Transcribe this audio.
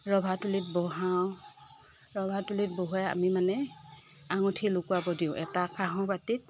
ৰভা তলিত বহাওঁ ৰভা তলিত বহোৱাই আমি মানে আঙঠি লুকুৱাব দিওঁ এটা কাঁহৰ বাতিত